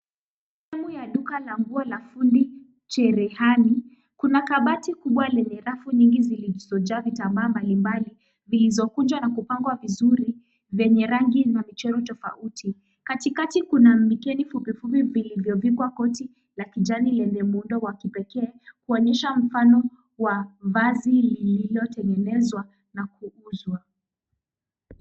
Sehemu ya duka la nguo la fundi cherehani, kuna kabati kubwa lenye rafu nyingi zilizojaa vitambaa mbalimbali zilizokunjwa na kupangwa vizuri vyenye rangi na michoro tofauti. Katikati kuma mikeni fupifupi vilivyovikwa koti la kijani lenye muundo wa kipekee kuonyesha mfano wa vazi lililotengenezwa na kuuzwa.